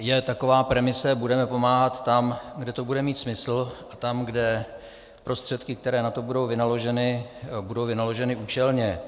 Je taková premisa: budeme pomáhat tam, kde to bude mít smysl, a tam, kde prostředky, které na to budou vynaloženy, budou vynaloženy účelně.